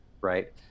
right